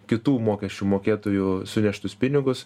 kitų mokesčių mokėtojų suneštus pinigus